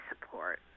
support